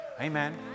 Amen